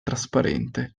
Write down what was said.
trasparente